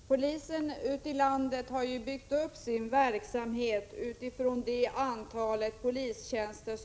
Herr talman! Polisen ute i landet har ju byggt upp sin verksamhet på basis av ett visst antal polistjänster.